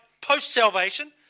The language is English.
post-salvation